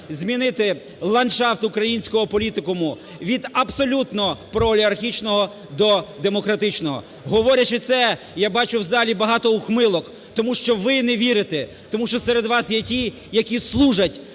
змінити ландшафт українського політикуму від абсолютно проолігархічного до демократичного. Говорячи це, я бачу в залі багато ухмилок, тому що ви не вірите, тому що серед вас є ті, які служать